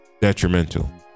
Detrimental